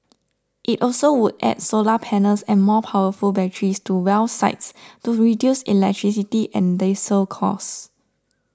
it also would add solar panels and more powerful batteries to well sites to reduce electricity and diesel costs